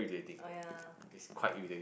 oh ya